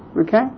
Okay